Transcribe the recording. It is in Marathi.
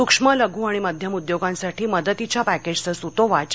सुक्ष्मलघू आणि मध्यम उद्योगांसाठी मदतीच्या पॅकेजचे सुतोवाच